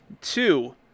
Two